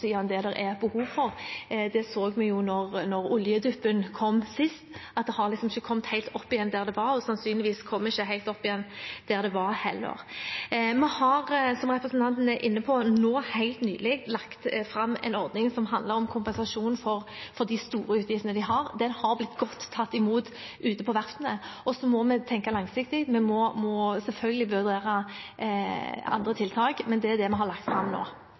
det det er behov for. Det så vi da oljeduppen kom sist, den har liksom ikke kommet helt opp igjen der den var, og vil sannsynligvis heller ikke komme helt opp igjen der den var. Vi har, som representanten er inne på, helt nylig lagt fram en ordning som handler om kompensasjon for de store utgiftene de har. Den har blitt tatt godt imot ute på verftene. Så må vi tenke langsiktig, vi må selvfølgelig vurdere andre tiltak, men dette er det vi har lagt opp til nå.